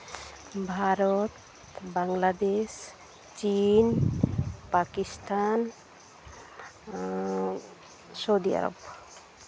ᱵᱷᱟᱨᱚᱛ ᱵᱟᱝᱞᱟᱫᱮᱥ ᱪᱤᱱ ᱯᱟᱠᱤᱥᱛᱷᱟᱱ ᱥᱳᱣᱫᱤ ᱟᱨᱚᱵᱽ